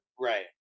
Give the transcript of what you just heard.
Right